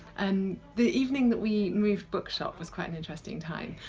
and the evening that we moved bookshop was quite an interesting time,